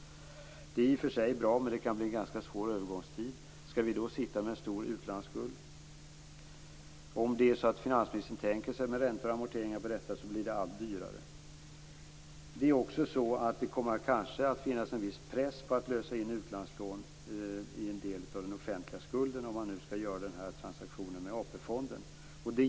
Det är i och för sig bra, men det kan bli en ganska svår övergångstid. Skall vi då sitta med en stor utlandsskuld? Om det är så att finansministern tänker sig räntor och amorteringar på skulden blir det allt dyrare. Kanske kommer det också att bli en viss press på att lösa in utlandslån i en del av den offentliga skulden, om man nu skall göra transaktionen med AP fonden.